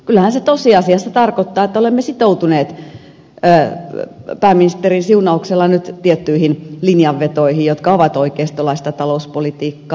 kyllähän se tosiasiassa tarkoittaa että olemme sitoutuneet pääministerin siunauksella nyt tiettyihin linjanvetoihin jotka ovat oikeistolaista talouspolitiikkaa